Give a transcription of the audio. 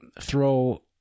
throw